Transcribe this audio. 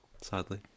sadly